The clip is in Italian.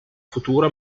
futura